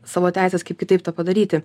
savo teises kaip kitaip tą padaryti